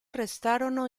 restarono